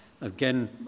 again